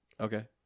Okay